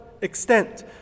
extent